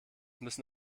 müssen